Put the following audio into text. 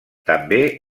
també